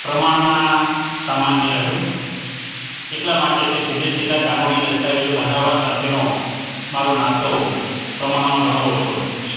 પ્રમાણમાં સામાન્ય રહ્યો એટલા માટે કે સીધે સીધા કાનુની દસ્તાવેજો બનાવવા સાથેનો મારો નાતો પ્રમાણમાં ઘણો ઓછો રહ્યો છે